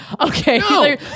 Okay